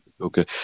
Okay